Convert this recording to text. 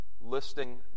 listing